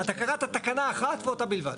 התקנה היא תקנה אחת ואותה בלבד.